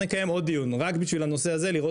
נקיים עוד דיון רק בשביל הנושא הזה לראות